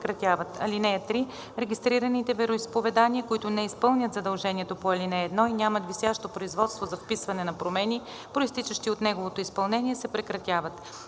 (3) Регистрираните вероизповедания, които не изпълнят задължението по ал. 1 и нямат висящо производство за вписване на промени, произтичащи от неговото изпълнение, се прекратяват.